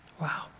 Wow